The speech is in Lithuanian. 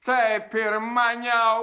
taip ir maniau